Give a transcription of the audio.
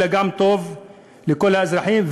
אלא גם טוב לכל האזרחים,